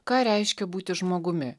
ką reiškia būti žmogumi